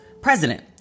president